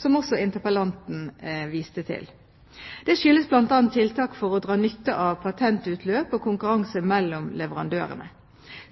som også interpellanten viste til. Det skyldes bl.a. tiltak for å dra nytte av patentutløp og konkurranse mellom leverandørene.